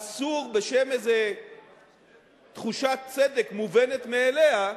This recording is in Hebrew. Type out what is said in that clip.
אסור, בשם איזו תחושת צדק מובנת מאליה,